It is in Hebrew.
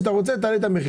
אתה רוצה תעלה את המחיר.